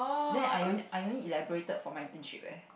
then I only I only elaborated for my internship leh